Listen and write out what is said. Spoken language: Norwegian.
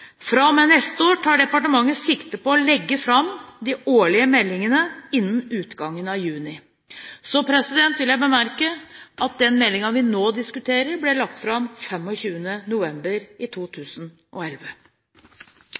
neste år tar departementet sikte på å legge fram de årlige meldingene innen utgangen av juni. Jeg vil bemerke at den meldingen vi nå diskuterer, ble lagt fram 25. november i